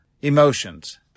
emotions